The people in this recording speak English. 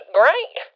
great